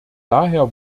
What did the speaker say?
daher